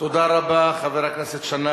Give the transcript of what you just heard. תודה רבה, חבר הכנסת שנאן.